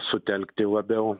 sutelkti labiau